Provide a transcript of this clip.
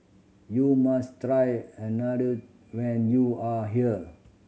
you must try Unadon when you are here